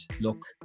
look